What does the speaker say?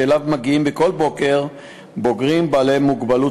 שאליו מגיעים בכל בוקר בוגרים בעלי מוגבלות